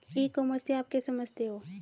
ई commerce से आप क्या समझते हो?